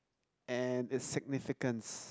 and is significance